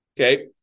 Okay